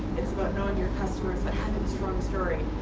it's about knowing your customers that strong story.